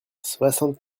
soixante